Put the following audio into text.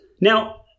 Now